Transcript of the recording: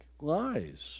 lies